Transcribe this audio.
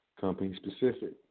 company-specific